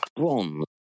bronze